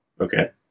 Okay